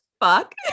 fuck